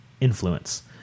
influence